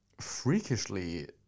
freakishly